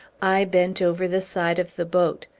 i bent over the side of the boat.